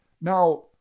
now